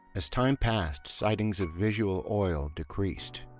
as time passed, sightings of visual oil decreased,